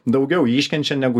daugiau iškenčia negu